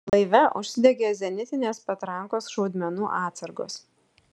laive užsidegė zenitinės patrankos šaudmenų atsargos